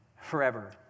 forever